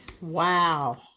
wow